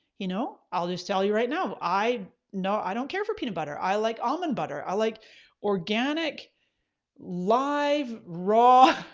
you know i'll just tell you right now i now i don't care for peanut butter, i like almond butter, i like organic live raw